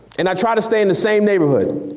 and i tried to stay in the same neighborhood.